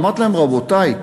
אמרתי להם: רבותי,